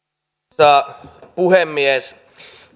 arvoisa puhemies